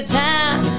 time